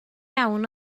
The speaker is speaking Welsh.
iawn